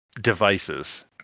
devices